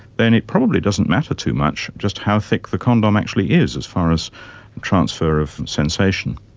then it probably doesn't matter too much just how thick the condom actually is as far as transfer of sensation.